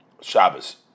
Shabbos